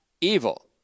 evil